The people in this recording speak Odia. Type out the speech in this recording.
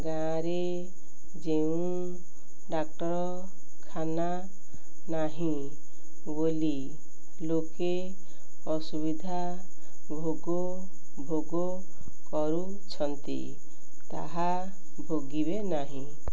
ଗାଁରେ ଯେଉଁ ଡାକ୍ତରଖାନା ନାହିଁ ବୋଲି ଲୋକେ ଅସୁବିଧା ଭୋଗ ଭୋଗ କରୁଛନ୍ତି ତାହା ଭୋଗିବେ ନାହିଁ